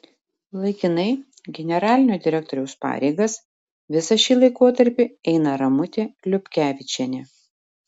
laikinai generalinio direktoriaus pareigas visą šį laikotarpį eina ramutė liupkevičienė